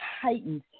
heightened